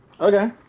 Okay